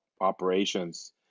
operations